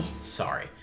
Sorry